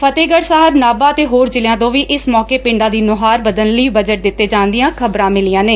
ਫਤਹਿਗੜ ਸਾਹਿਬ ਨਾਭਾ ਤੇ ਹੋਰ ਜ਼ਿਲਿਆਂ ਤੋਂ ਵੀ ਇਸ ਮੌਕੇ ਪਿੰਡਾਂ ਦੀ ਨੁਹਾਰ ਬਦਲਣ ਲਈ ਬਜਟ ਦਿੱਤੇ ਜਾਣਦੀਆਂ ਖ਼ਬਰਾਂ ਮਿਲੀਆਂ ਨੇ